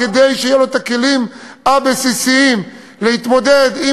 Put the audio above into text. כדי שיהיו להם הכלים הבסיסיים להתמודד עם